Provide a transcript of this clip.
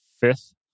fifth